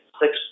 six